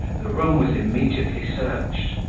the room was immediately searched,